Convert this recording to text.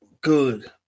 good